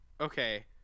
okay